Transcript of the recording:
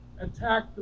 attack